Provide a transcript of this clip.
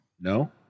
No